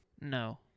No